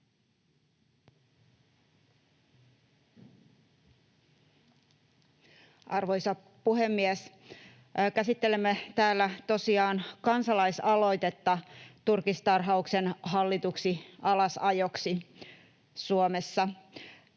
Arvoisa puhemies! Käsittelemme täällä tosiaan kansalaisaloitetta turkistarhauksen hallituksi alasajoksi Suomessa.